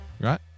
Right